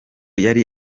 yari